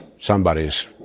somebody's